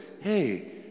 hey